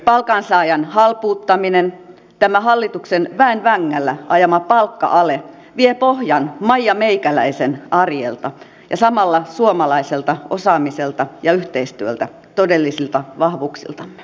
palkansaajan halpuuttaminen tämä hallituksen väen vängällä ajama palkka ale vie pohjan maijameikäläisen arjelta ja samalla suomalaiselta osaamiselta ja yhteistyöltä todellisilta vahvuuksiltamme